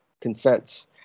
consents